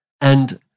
And-